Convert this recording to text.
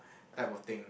type of thing